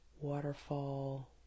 waterfall